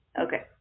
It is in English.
Okay